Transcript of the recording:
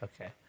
Okay